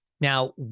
Now